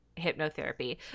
hypnotherapy